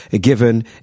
given